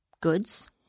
goods